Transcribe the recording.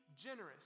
generous